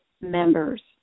members